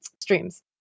streams